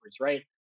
right